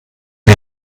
die